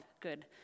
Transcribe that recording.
good